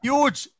Huge